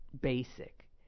basic